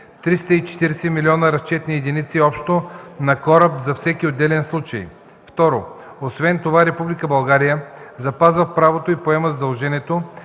340 милиона разчетни единици общо на кораб за всеки отделен случай. 2. Освен това Република България запазва правото и поема задължението